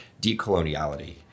Decoloniality